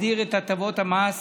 הסדיר את הטבות המס